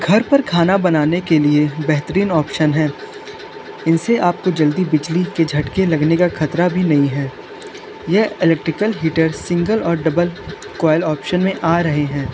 घर पर खाना बनाने के लिए बेहतरीन ऑप्शन है इनसे आप को जल्दी बिजली के झटके लगने का ख़तरा भी नहीं है यह एलेक्ट्रिकल हीटर सिंगल और डबल कोइल ऑप्शन में आ रहे हैं